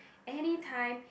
anytime